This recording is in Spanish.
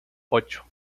ocho